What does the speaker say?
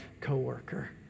coworker